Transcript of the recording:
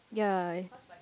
ya